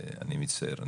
אני מצטער,